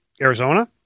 Arizona